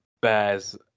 Bears